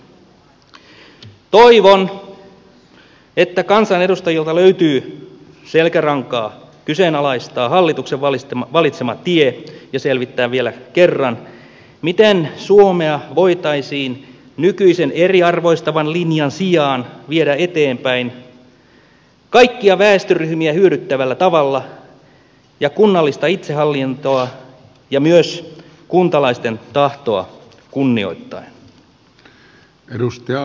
toivon että kansanedustajilta löytyy selkärankaa kyseenalaistaa hallituksen valitsema tie ja selvittää vielä kerran miten suomea voitaisiin nykyisen eriarvoistavan linjan sijaan viedä eteenpäin kaikkia väestöryhmiä hyödyttävällä tavalla ja kunnallista itsehallintoa ja myös kuntalaisten tahtoa kunnioittaen